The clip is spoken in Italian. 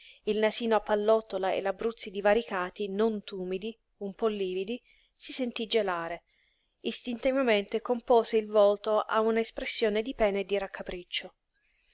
il nasino a pallottola e i labbruzzi divaricati non tumidi un po lividi si sentí gelare istintivamente compose il volto a una espressione di pena e di raccapriccio